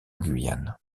guyane